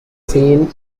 seen